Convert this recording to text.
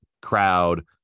Crowd